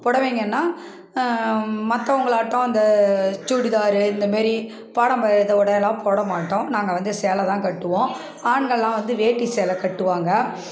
புடவைங்கன்னா மற்றவங்களாட்டம் அந்த சுடிதார் இந்தமாரி பாரம்பரிய உடையெல்லாம் போட மாட்டோம் நாங்கள் வந்து சேலை தான் கட்டுவோம் ஆண்கள்லாம் வந்து வேட்டி சேலை கட்டுவாங்க